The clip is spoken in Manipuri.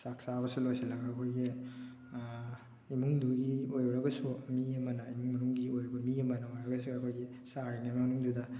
ꯆꯥꯛ ꯆꯥꯕꯁꯤ ꯂꯣꯁꯤꯜꯂꯒ ꯑꯩꯈꯣꯏꯒꯤ ꯏꯃꯨꯡꯗꯨꯒꯤ ꯑꯣꯏꯔꯒꯁꯨ ꯃꯤ ꯑꯃꯅ ꯏꯃꯨꯡ ꯃꯅꯨꯡꯒꯤ ꯑꯣꯏꯔꯤꯕ ꯃꯤ ꯑꯃꯅ ꯑꯣꯏꯔꯒꯁꯨ ꯑꯩꯈꯣꯏꯒꯤ ꯆꯥꯔꯤꯉꯩ ꯃꯅꯨꯡꯗꯨꯗ